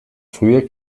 früher